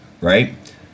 right